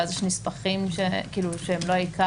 ואז יש נספחים שכאילו הן לא העיקר?